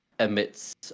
emits